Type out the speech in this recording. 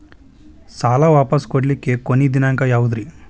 ಸಾಲಾ ವಾಪಸ್ ಮಾಡ್ಲಿಕ್ಕೆ ಕೊನಿ ದಿನಾಂಕ ಯಾವುದ್ರಿ?